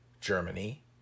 Germany